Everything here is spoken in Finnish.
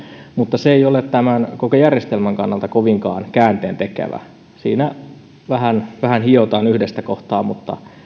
mutta se ei ole tämän koko järjestelmän kannalta kovinkaan käänteentekevä siinä vähän vähän hiotaan yhdestä kohtaa mutta se